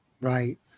Right